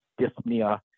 dyspnea